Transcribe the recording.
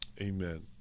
Amen